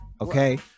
Okay